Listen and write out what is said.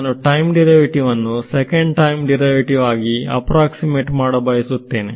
ನಾನು ಟೈಮ್ ಡಿರೈವೇಟಿವ್ನ್ನು second time derivative ಆಗಿ ಎಪ್ರಾಕ್ಸಿಮೆಟ್ ಮಾಡಬಯಸುತ್ತೇನೆ